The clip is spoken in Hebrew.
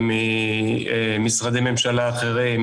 ממשרדי ממשלה אחרים,